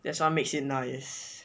that's what makes it nice